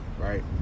right